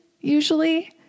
usually